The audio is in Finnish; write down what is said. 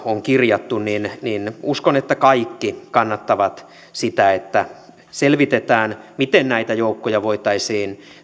on kirjattu ja uskon että kaikki kannattavat sitä että selvitetään miten näitä joukkoja voitaisiin